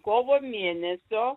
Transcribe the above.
kovo mėnesio